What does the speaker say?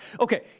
Okay